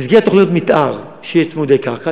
במסגרת תוכניות מתאר שיש בהן צמודי קרקע,